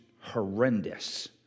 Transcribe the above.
horrendous